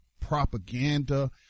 propaganda